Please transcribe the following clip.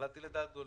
קלעתי לדעת גדולים.